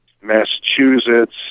Massachusetts